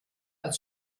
als